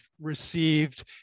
received